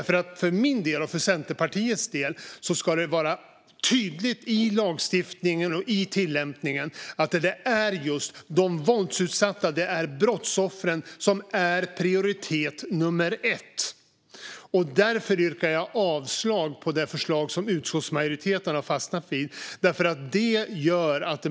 För min och Centerpartiets del ska det vara tydligt i lagstiftningen och i tillämpningen att det är just de våldsutsatta brottsoffren som är prioritet nummer ett. Därför yrkar jag avslag på det förslag som utskottsmajoriteten har fastnat vid.